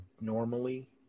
normally